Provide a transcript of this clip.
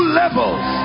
levels